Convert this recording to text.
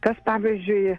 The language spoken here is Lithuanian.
kas pavyzdžiui